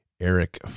Eric